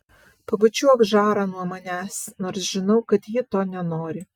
pabučiuok žarą nuo manęs nors žinau kad ji to nenori